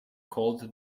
called